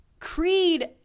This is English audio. Creed